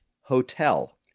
hotel